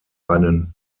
einen